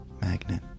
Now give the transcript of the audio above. magnet